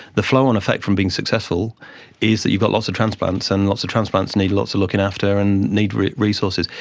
the flow-on effect from being successful is that you've got lots of transplants, and lots of transplants need lots of looking after and need resources.